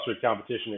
competition